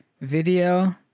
video